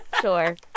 sure